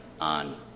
on